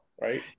right